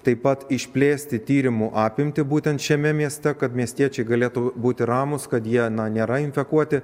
taip pat išplėsti tyrimų apimtį būtent šiame mieste kad miestiečiai galėtų būti ramūs kad jie na nėra infekuoti